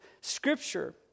Scripture